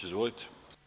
Izvolite.